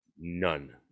none